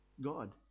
God